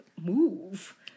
Move